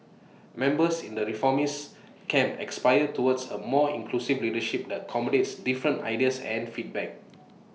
members in the reformist camp aspire towards A more inclusive leadership that accommodates different ideas and feedback